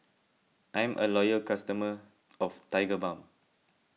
I'm a loyal customer of Tigerbalm